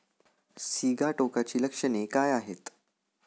सिगाटोकाची लक्षणे काय आहेत?